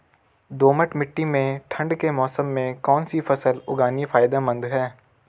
दोमट्ट मिट्टी में ठंड के मौसम में कौन सी फसल उगानी फायदेमंद है?